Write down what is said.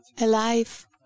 alive